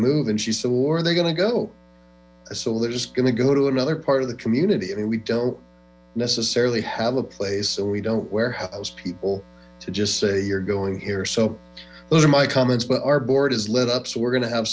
move and she swore they're going to go so they're just going to go to another part of the community i mean we don't necessarily have a place and we don't warehouse people to just say you're going here so those are my comments but our board is lit up so we're gonna have